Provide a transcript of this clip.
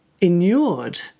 inured